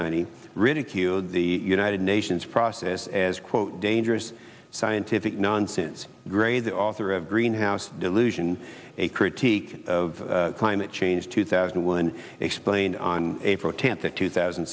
eighty ridiculed the united nations process as quote dangerous scientific nonsense gray the author of greenhouse delusion a critique of climate change two thousand and one explained on april tenth of two thousand